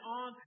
on